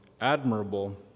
admirable